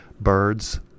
birds